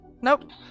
Nope